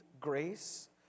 grace